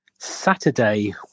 Saturday